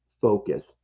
focus